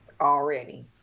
Already